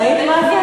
ראית מה זה?